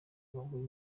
bagura